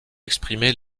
exprimer